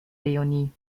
leonie